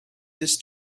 this